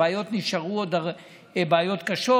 הבעיות נשארו בעיות קשות.